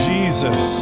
Jesus